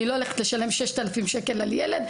אני לא הולכת לשלם 6,000 שקל על ילד,